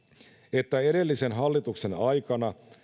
että edellisen hallituksen aikana